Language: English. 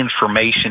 information